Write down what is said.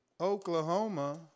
Oklahoma